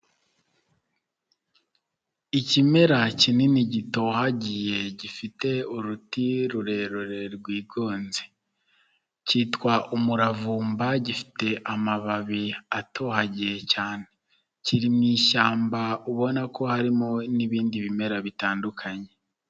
Ikimera kinini gitohagiye gifite uruti rurerure rwigonze, kitwa umuravumba gifite amababi atohagiye cyane, kiri mu ishyamba ubona ko harimo n'ibindi bimera bitandukanye.